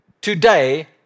today